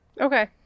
Okay